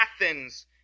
Athens